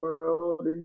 world